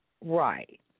Right